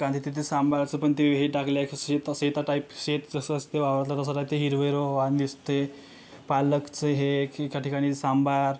कारण तिथे ते सांभाळायचं पण ते हे टाकलंय शेत शेता टाईप शेत जसं असते वावरातलं तसं राहते हिरवंहिरवं वाण दिसतंय पालकचं हे ए की एका ठिकाणी सांबार